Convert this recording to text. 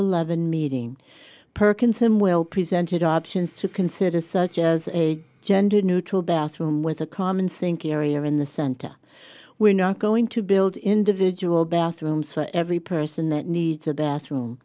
eleven meeting perkin some well presented options to consider such as a gender neutral bathroom with a common sink area in the center we're not going to build individual bathrooms for every person that needs a bathroom